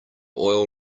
oil